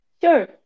Sure